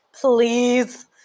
please